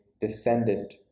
descendant